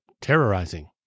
terrorizing